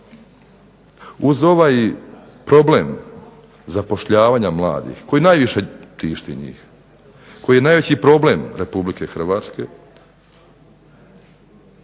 Uz ovaj problem zapošljavanja mladih koji najviše tišti njih, koji je najveći problem RH,